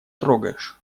трогаешь